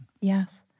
Yes